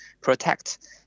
protect